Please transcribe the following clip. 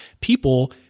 people